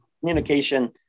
communication